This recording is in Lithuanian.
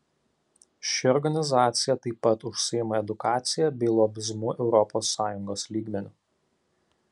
ši organizacija taip pat užsiima edukacija bei lobizmu europos sąjungos lygmeniu